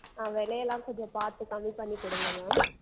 ஆ விலை எல்லாம் கொஞ்சம் பார்த்து கம்மி பண்ணிக் கொடுங்க மேம்